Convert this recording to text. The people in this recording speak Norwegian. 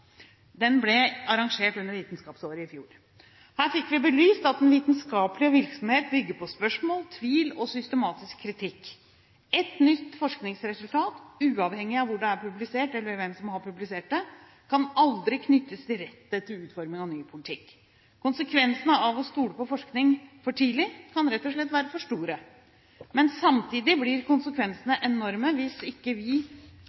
ble arrangert under Vitenskapsåret i fjor. Her fikk vi belyst at den vitenskapelige virksomhet bygger på spørsmål, tvil og systematisk kritikk. Ett nytt forskningsresultat, uavhengig av hvor det er publisert, eller hvem som har publisert det, kan aldri knyttes direkte til utforming av ny politikk. Konsekvensene av å stole på forskning for tidlig kan rett og slett være for store. Men samtidig blir konsekvensene enorme hvis ikke vi